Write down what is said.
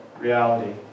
reality